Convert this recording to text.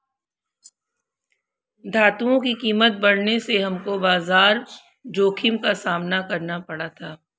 धातुओं की कीमत बढ़ने से हमको बाजार जोखिम का सामना करना पड़ा था